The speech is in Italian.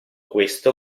questo